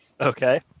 Okay